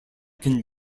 can